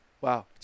Wow